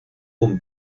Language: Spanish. con